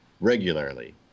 regularly